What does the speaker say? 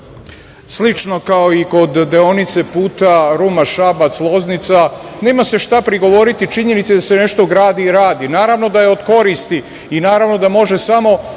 Slično kao i kod deonice puta Ruma-Šabac-Loznica, nema se šta prigovoriti činjenici da se nešto gradi i radi. Naravno da je od koristi i naravno da može samo